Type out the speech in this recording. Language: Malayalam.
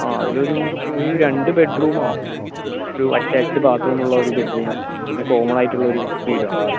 ആ അതിലൊരു ഒരു രണ്ട് ബെഡ് റൂമോ ഒരു അറ്റാച്ഡ് ബാത്റൂമുള്ളൊരു ബെഡ് റൂം പിന്നെ കോമൺ ആയിട്ടുള്ളൊരു വീടാണ് വേണ്ടത്